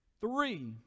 Three